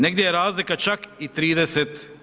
Negdje je razlika čak i 30%